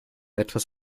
etwas